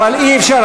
אבל אי-אפשר.